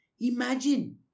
Imagine